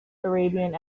arabian